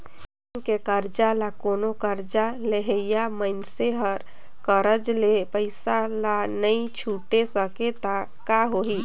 bank के करजा ल कोनो करजा लेहइया मइनसे हर करज ले पइसा ल नइ छुटे सकें त का होही